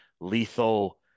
lethal